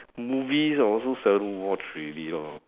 movies I also seldom watch already lor